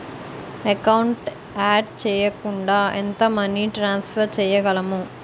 Account add చేయకుండా ఎంత money transfer చేయగలము?